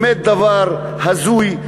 באמת דבר הזוי,